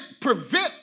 prevent